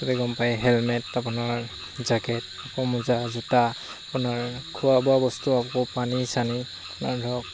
গ'লে গম পায় হেলমেট আপোনাৰ জেকেট আকৌ মোজা জোতা আপোনাৰ খোৱা বোৱা বস্তু আকৌ পানী চানি আপোনাৰ ধৰক